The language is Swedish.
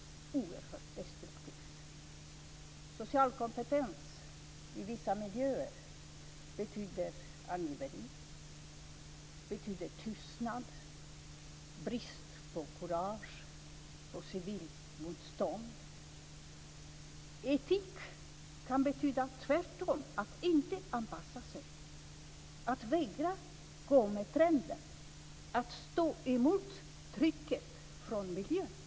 Social kompetens i vissa miljöer betyder angiveri, tystnad, brist på kurage och brist på civilt motstånd. Etik kan tvärtom betyda att inte anpassa sig, att vägra gå med trenden, att stå emot trycket från miljön.